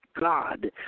God